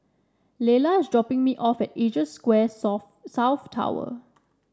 Lella is dropping me off at Asia Square South Tower